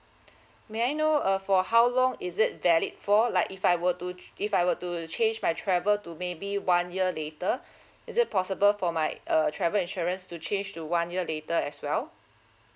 may I know uh for how long is it valid for like if I were to if I were to change my travel to maybe one year later is it possible for my uh travel insurance to change to one year later as well